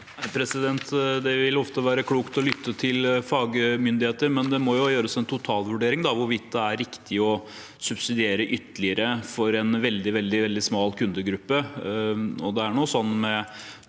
Det vil ofte være klokt å lytte til fagmyndigheter, men det må jo gjøres en totalvurdering av hvorvidt det er riktig å subsidiere ytterligere for en veldig, veldig smal kundegruppe.